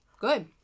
Good